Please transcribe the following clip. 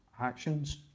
actions